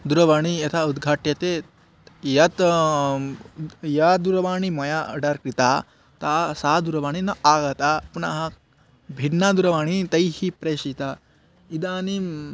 दूरवाणीं यथा उद्घाट्यते यत् या दूरवाणी मया आर्डर् कृता ता सा दूरवाणी न आगता पुनः भिन्ना दूरवाणी तैः प्रेषिता इदानीम्